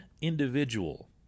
individual